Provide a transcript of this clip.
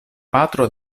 patro